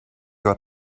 got